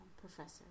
Professor